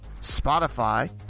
Spotify